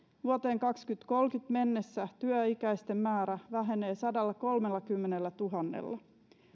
vuoteen kaksituhattakolmekymmentä mennessä työikäisten määrä vähenee sadallakolmellakymmenellätuhannella